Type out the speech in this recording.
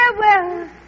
Farewell